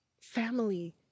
family